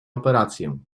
operację